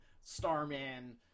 starman